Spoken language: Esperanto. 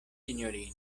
sinjorino